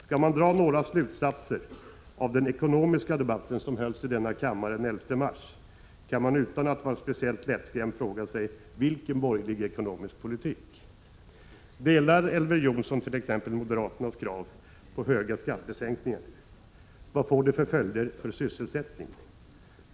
Skall man dra några slutsatser av den ekonomiska debatt som hölls i denna kammare den 11 mars, kan man utan att vara speciellt lättskrämd fråga sig vilken borgerlig ”ekonomisk politik”. Delar Elver Jonsson t.ex. moderaternas krav på stora skattesänkningar? Vilka effekter skulle det få när det gäller sysselsättningen?